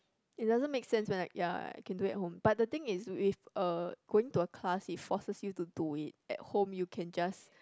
it doesn't make sense when I ya I can do it at home but the thing is if uh going to a class it forces you to do it at home you can just